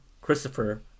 Christopher